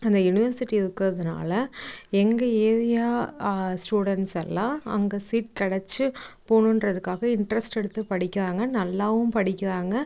அந்த யுனிவர்சிட்டி இருக்கிறதுனால எங்கள் ஏரியா ஸ்டூடெண்ட்ஸ் எல்லாம் அங்கே சீட் கெடைச்சி போகணுன்றதுக்காக இன்ட்ரெஸ்ட் எடுத்துப் படிக்கிறாங்க நல்லாவும் படிக்கிறாங்க